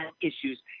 issues